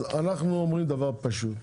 אז אנחנו אומרים דבר פשוט.